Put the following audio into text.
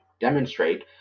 demonstrate